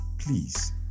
Please